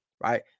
right